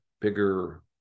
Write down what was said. bigger